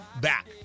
back